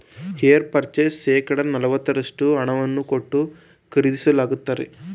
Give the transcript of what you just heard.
hire purchase ಶೇಕಡ ನಲವತ್ತರಷ್ಟು ಹಣವನ್ನು ಕೊಟ್ಟು ಖರೀದಿಸುತ್ತಾರೆ